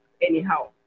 anyhow